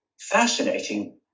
fascinating